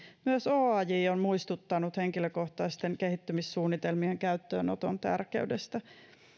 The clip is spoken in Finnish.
myös oaj on muistuttanut henkilökohtaisten kehittymissuunnitelmien käyttöönoton tärkeydestä